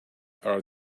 are